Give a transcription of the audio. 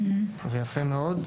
זה יפה מאוד.